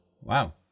wow